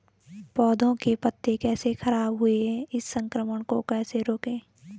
पौधों के पत्ते कैसे खराब हुए हैं इस संक्रमण को कैसे रोकें?